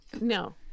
no